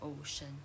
ocean